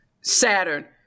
Saturn